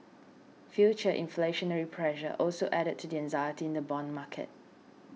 future inflationary pressure also added to the anxiety in the bond market